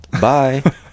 Bye